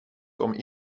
kwam